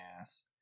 ass